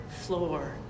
floor